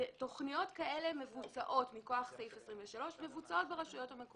תכניות כאלו מבוצעות ברשויות המקומיות,